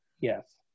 yes